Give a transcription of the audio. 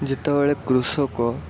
ଯେତେବେଳେ କୃଷକ